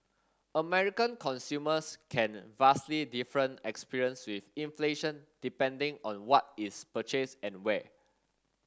American consumers can vastly different experience with inflation depending on what is purchased and where